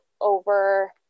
over